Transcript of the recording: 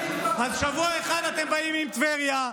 אז שבוע אחד אתם באים עם טבריה,